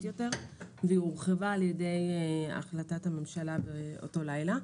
יותר והיא הורחבה על ידי החלטת הממשלה באותו לילה.